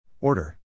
Order